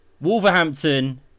Wolverhampton